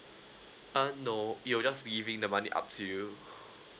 uh no we'll just be leaving the money up to you